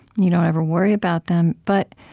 you don't ever worry about them. but